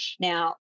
Now